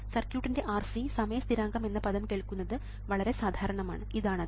സർക്യൂട്ടിന്റെ R C സമയ സ്ഥിരാങ്കം എന്ന പദം കേൾക്കുന്നത് വളരെ സാധാരണമാണ് ഇതാണ് അത്